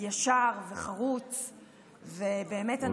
ישר וחרוץ, ובאמת הנושא הזה בליבו.